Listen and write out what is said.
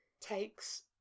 takes